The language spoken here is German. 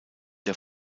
der